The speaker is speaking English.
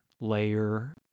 layer